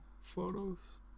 photos